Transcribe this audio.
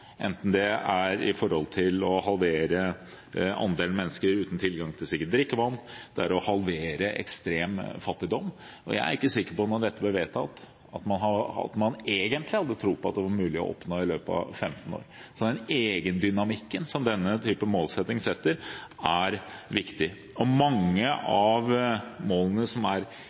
enten det er å halvere andelen mennesker uten tilgang til sikkert drikkevann, eller det er å halvere ekstrem fattigdom – og jeg er ikke sikker på om man, da dette ble vedtatt, egentlig hadde tro på at det var mulig å oppnå i løpet av 15 år. Så den egendynamikken som denne type målsetting lager, er viktig. Mange